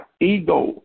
ego